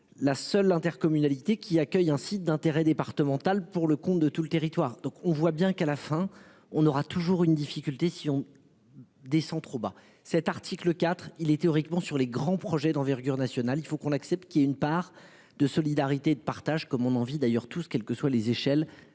La seule intercommunalité qui accueille un site d'intérêt départemental pour le compte de tout le territoire. Donc on voit bien qu'à la fin on aura toujours une difficulté si on. Descend trop bas cet article IV. Il est théoriquement sur les grands projets d'envergure nationale. Il faut qu'on accepte qu'il y ait une part de solidarité de partage comme on a envie d'ailleurs tous, quelles que soient les échelles